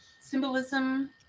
symbolism